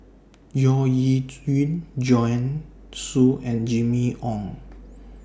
Yeo E Yun Joanne Soo and Jimmy Ong